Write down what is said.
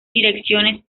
direcciones